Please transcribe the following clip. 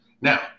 Now